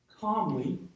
calmly